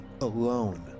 alone